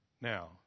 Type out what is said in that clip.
Now